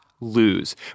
lose